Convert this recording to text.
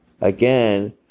again